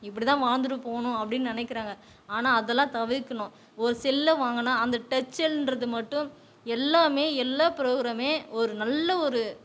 இப்படி தான் வாழ்ந்துட்டு போகணும் அப்படின்னு நினைக்கிறாங்க ஆனால் அதெல்லாம் தவிர்க்கணும் ஒரு செல்லை வாங்கினா அந்த டச்செல்லுன்றது மட்டும் எல்லாம் எல்லா ப்ரோகிராமுமே ஒரு நல்ல ஒரு